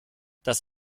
das